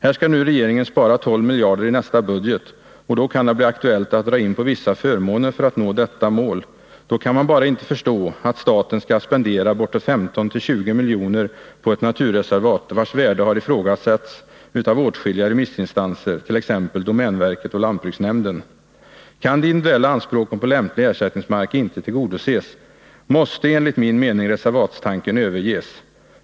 Här skall nu regeringen spara 12 miljarder i nästa budget, och då kan det bli aktuellt att dra in på vissa förmåner för att nå detta mål. Då kan man bara inte förstå att staten skall spendera 15-20 miljoner på ett naturreservat vars värde har ifrågasatts av åtskilliga remissinstanser, t.ex. domänverket och lantbruksnämnden. Kan de individuella anspråken på lämplig ersättningsmark inte tillgodoses, måste enligt min mening reservatstanken överges.